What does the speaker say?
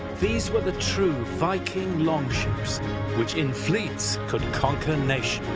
these were the true viking longships which in fleets could conquer nations.